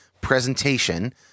presentation